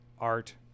art